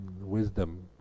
wisdom